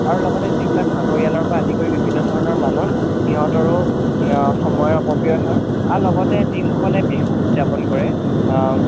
আৰু লগতে যিবিলাক চাকৰিয়ালৰ পৰা আদি কৰি বিভিন্ন ধৰণৰ মানুহ সিহঁতৰো সময় অপব্যয় হয় আৰু লগতে যিসকলে বিহু উদযাপন কৰে